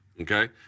okay